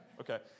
Okay